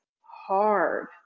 hard